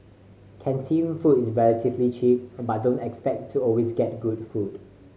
canteen food is relatively cheap but don't expect to always get good food